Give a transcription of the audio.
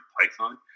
Python